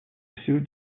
всю